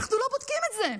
אנחנו לא בודקים את זה.